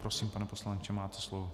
Prosím, pane poslanče, máte slovo.